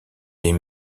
des